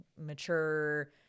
mature